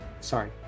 sorry